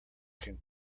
can